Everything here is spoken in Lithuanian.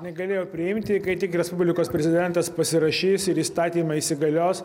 negalėjo priimti kai tik respublikos prezidentas pasirašys ir įstatymai įsigalios